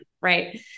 right